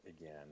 again